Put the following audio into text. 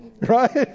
Right